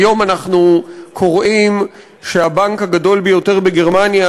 היום אנחנו קוראים שהבנק הגדול ביותר בגרמניה,